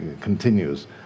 continues